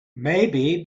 maybe